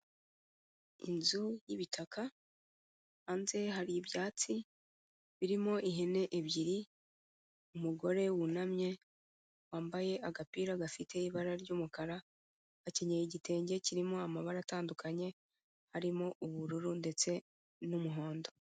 Inzu y'ibitaka, hanze hari ibyatsi birimo ihene ebyiri, umugore wunamye wambaye agapira gafite ibara ry'umukara, akenyeye igitenge kirimo amabara atandukanye, arimo ubururu ndetse n'umuhondo.